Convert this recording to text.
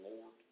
Lord